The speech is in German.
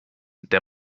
der